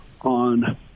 on